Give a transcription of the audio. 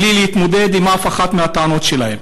בלי להתמודד עם אף אחת מהטענות שלהם.